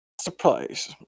surprise